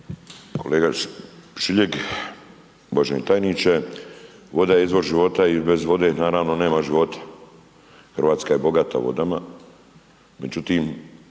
Kolega Šiljeg, uvaženi tajniče. Voda je izvor života i bez vode, naravno, nema života. Hrvatska je bogata vodama, međutim